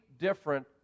different